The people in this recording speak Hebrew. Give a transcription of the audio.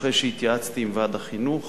אחרי שהתייעצתי עם ועד החינוך,